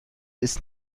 ist